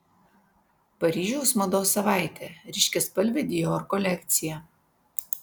paryžiaus mados savaitė ryškiaspalvė dior kolekcija